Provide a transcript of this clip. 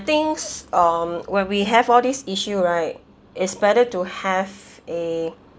thinks um when we have all these issue right it's better to have eh